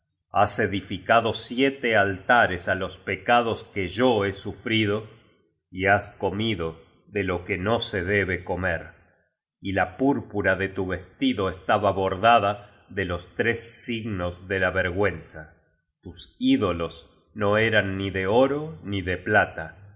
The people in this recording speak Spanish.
has edificado siete altares á los pecados que yo he su frido y has comido de lo que no se debe comer y la púrpura de tu vestido estaba bordada de los tres signos de la vergueoxa tus dolos no eran ni de oro ni de plata